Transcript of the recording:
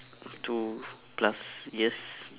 two plus years